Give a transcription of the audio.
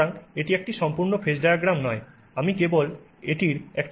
সুতরাং এটি একটি সম্পূর্ণ ফেজ ডায়াগ্রাম নয় আমি কেবল এটির একটি বিভাগ আঁকতে যাচ্ছি